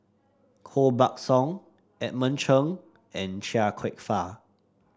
Koh Buck Song Edmund Cheng and Chia Kwek Fah